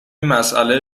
مسئله